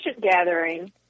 gathering